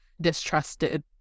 distrusted